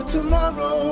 Tomorrow